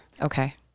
Okay